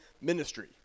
ministry